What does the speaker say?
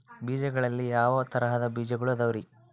ಬೇಜಗಳಲ್ಲಿ ಯಾವ ತರಹದ ಬೇಜಗಳು ಅದವರಿ?